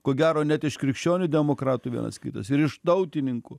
ko gero net iš krikščionių demokratų vienas kitas ir iš tautininkų